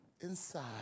inside